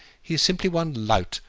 he is simply one lout,